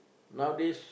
nowadays